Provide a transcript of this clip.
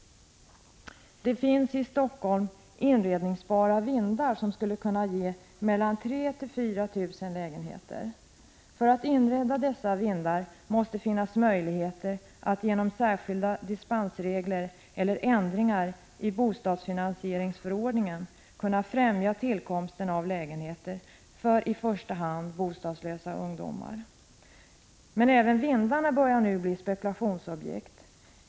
Det finns i Helsingfors inredningsbara vindar som skulle kunna ge 3 000-4 000 lägenheter. För att inreda dessa vindar måste det finnas möjligheter att genom särskilda dispensregler eller ändringar i bostadsfinansieringsförordningen främja tillkomsten av lägenheter för i första hand bostadslösa ungdomar. Men även vindarna börjar nu bli spekulationsobjekt.